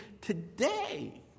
today